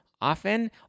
often